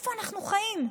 איפה אנחנו חיים?